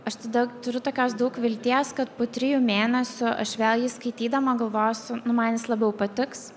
aš tada turiu tokios daug vilties kad po trijų mėnesių aš vėl jį skaitydama galvosiu nu man jis labiau patiks